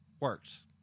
works